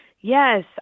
Yes